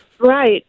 Right